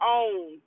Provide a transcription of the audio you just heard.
own